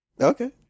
Okay